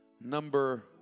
number